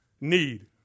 need